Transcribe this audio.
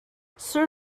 sir